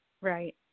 Right